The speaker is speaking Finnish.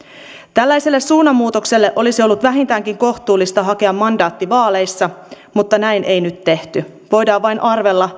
tällaiselle suunnanmuutokselle olisi ollut vähintäänkin kohtuullista hakea mandaatti vaaleissa mutta näin ei nyt tehty voidaan vain arvella